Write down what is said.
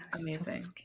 amazing